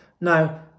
Now